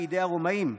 בידי הרומאים.